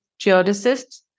geodesists